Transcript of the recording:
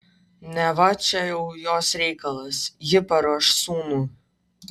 neva čia jau jos reikalas ji paruoš sūnų